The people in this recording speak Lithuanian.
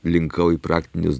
linkau į praktinius